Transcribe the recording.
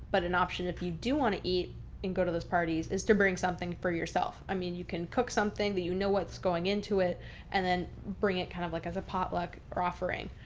but an option if you do want to eat and go to those parties is to bring something for yourself. i mean, you can cook something that you know what's going into it and then bring it kind of like as a potluck or offering.